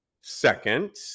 second